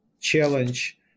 challenge